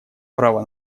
право